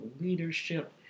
leadership